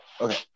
okay